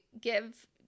give